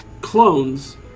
clones